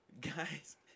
Guys